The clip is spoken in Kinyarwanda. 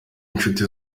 inshuti